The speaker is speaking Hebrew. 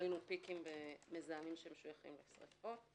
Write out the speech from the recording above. ראינו פיקים מזהמים שמשויכים לשריפות,